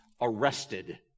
arrested